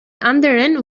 anderen